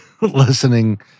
listening